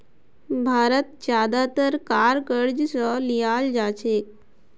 भारत ज्यादातर कार क़र्ज़ स लीयाल जा छेक